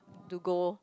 to go